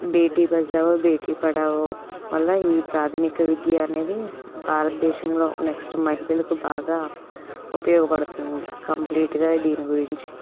బేటీ బచావో బేటీ పడావో వాళ్ళ ఈ ప్రాథమిక విద్య అనేది భారతదేశంలో నెక్స్ట్ మహిళలకు బాగా ఉపయోగపడుతుంది కంప్లీట్గా దీని గురించి